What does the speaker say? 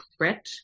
threat